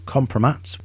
Compromat